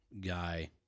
guy